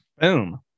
Boom